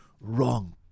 Wrong